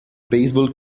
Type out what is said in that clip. baseball